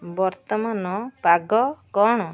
ବର୍ତ୍ତମାନ ପାଗ କ'ଣ